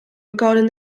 regarding